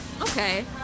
Okay